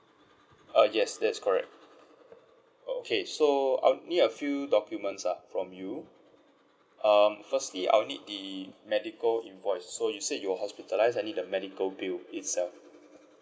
uh yes that's correct okay so I'll need a few documents ah from you um firstly I will need the medical invoice so you said you're hospitalised I need the medical bill it's uh